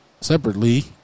Separately